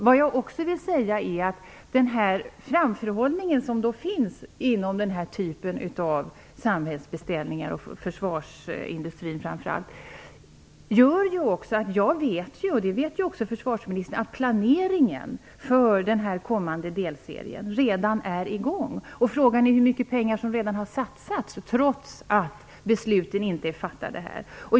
Jag vill också säga att den framförhållning som finns inom denna typ av samhällsbeställningar, framför allt vad gäller försvarsindustrin, gör att planeringen för den kommande delserien redan är i gång. Det vet också försvarsministern. Frågan är hur mycket pengar som har satsats trots att besluten inte är fattade.